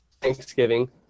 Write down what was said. Thanksgiving